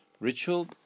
ritual